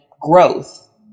growth